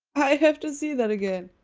i have to see that again